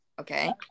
Okay